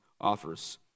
offers